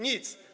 Nic.